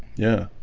yeah,